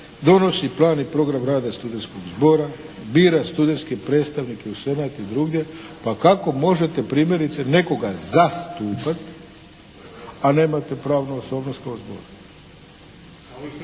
donosi pravni program rada studentskog zbora, bira studentske predstavnike u Senat i drugdje. Pa kako možete primjerice nekoga zastupati, a nemate pravnu osobnost kao zbor.